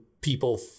people